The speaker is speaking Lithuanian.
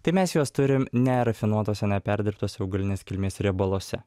tai mes juos turim nerafinuotuose neperdirbtuose augalinės kilmės riebaluose